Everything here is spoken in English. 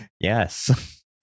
Yes